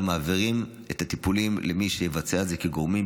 אבל מעבירים את הטיפולים למי שיבצע את זה כגורמים,